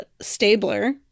Stabler